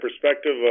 perspective